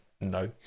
no